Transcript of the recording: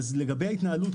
לגבי ההתנהלות,